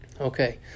Okay